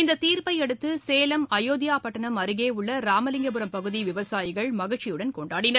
இந்த தீர்ப்பையடுத்து சேலம் அயோத்தியாபட்டனம் அருகே உள்ள ராமலிங்கபுரம் பகுதி விவசாயிகள் மகிழ்ச்சியுடன் கொண்டாடினர்